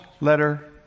letter